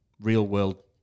real-world